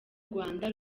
rwanda